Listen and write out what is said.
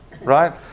right